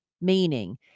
meaning